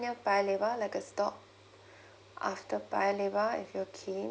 near paya lebar like a store after paya lebar if you are keen